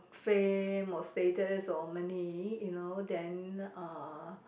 fame or status or money you know then uh